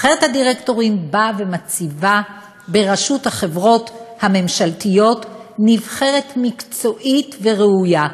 נבחרת הדירקטורים מציבה בראשות החברות הממשלתיות נבחרת מקצועית וראויה.